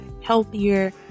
healthier